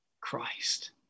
Christ